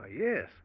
Yes